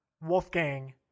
wolfgang